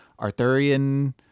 Arthurian